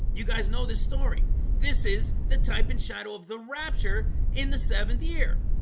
you guys know this story this is the type and shadow of the rapture in the seventh year,